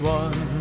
one